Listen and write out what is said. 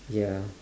ya